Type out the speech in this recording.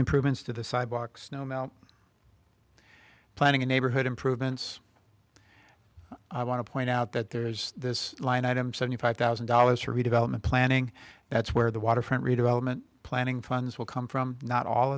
improvements to the sidewalks no amount of planning a neighborhood improvements i want to point out that there's this line item seventy five thousand dollars for redevelopment planning that's where the waterfront redevelopment planning funds will come from not all